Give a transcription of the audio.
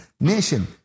nation